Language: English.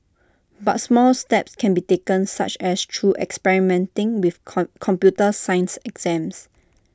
but small steps can be taken such as through experimenting with computer science exams